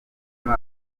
muri